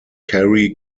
kerry